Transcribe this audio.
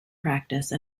practice